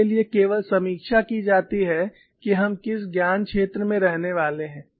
इसके लिए केवल समीक्षा की जाती है कि हम किस ज्ञान क्षेत्र में रहने वाले हैं